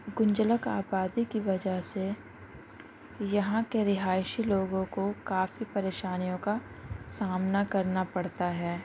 گنجلک آبادی کی وجہ سے یہاں کے رہائشی لوگوں کو کافی پریشانیوں کا سامنا کرنا پڑتا ہے